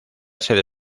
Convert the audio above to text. sede